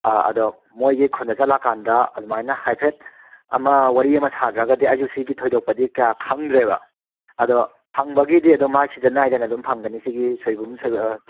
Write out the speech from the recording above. ꯑꯗꯣ ꯃꯣꯏꯒꯤ ꯈꯨꯟꯗ ꯆꯠꯂꯀꯥꯟꯗ ꯑꯗꯨꯃꯥꯏꯅ ꯍꯥꯏꯐꯦꯠ ꯑꯃ ꯋꯥꯔꯤ ꯑꯃ ꯁꯥꯗ꯭ꯔꯒꯗꯤ ꯑꯩꯖꯨ ꯁꯤꯒꯤ ꯊꯣꯏꯗꯣꯛꯄꯗꯤ ꯀꯌꯥ ꯈꯪꯗ꯭ꯔꯦꯕ ꯑꯗꯣ ꯐꯪꯕꯒꯤꯗꯤ ꯑꯗꯨꯝ ꯃꯥꯏ ꯁꯤꯖꯟ ꯅꯥꯏꯗꯅ ꯑꯗꯨꯝ ꯐꯪꯒꯅꯤ ꯁꯤꯒꯤ ꯁꯣꯏꯕꯨꯝ